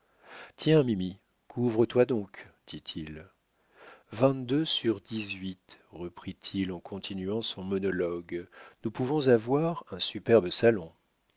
tiens mimi couvre-toi donc dit-il vingt-deux sur dix-huit reprit-il en continuant son monologue nous pouvons avoir un superbe salon